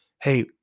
hey